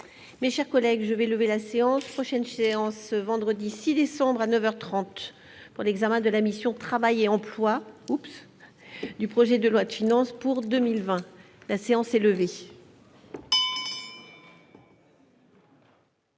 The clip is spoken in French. mes chers collègues, je vais lever la séance prochaine séance ce vendredi 6 décembre à 9 heures 30 pour l'examen de la mission Travail et emploi, oups, du projet de loi de finances pour 2020 la séance est levée.